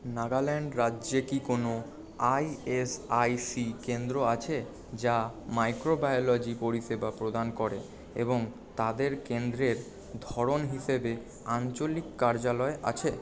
নাগাল্যান্ড রাজ্যে কি কোনো আই এস আই সি কেন্দ্র আছে যা মাইক্রোবায়োলজি পরিষেবা প্রদান করে এবং তাদের কেন্দ্রের ধরণ হিসেবে আঞ্চলিক কার্যালয় আছে